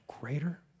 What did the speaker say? greater